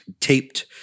taped